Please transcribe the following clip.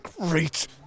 Great